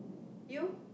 you